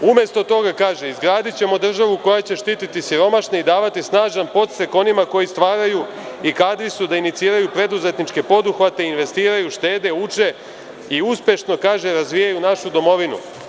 Umesto toga kaže – izgradićemo državu koja će štiti siromašne i davati snažan podstrek onima koji stvaraju i kadri su da iniciraju preduzetničke poduhvate i investiraju, štede i uče i uspešno razvijaju našu domovinu.